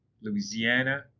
Louisiana